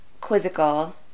quizzical